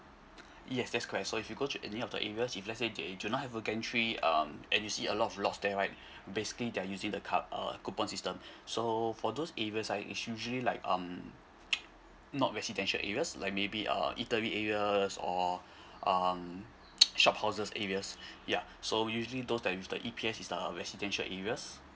yes that's correct so if you go to any of the area if let's say they do not have a entry um and you see a lot of lots that right basically they are using the card uh coupon system so for those areas like it's usually like um not residential areas like maybe uh interim areas or um shophouses areas ya so usually those that with the E_P_S is the residential areas